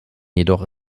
jedoch